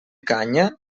canya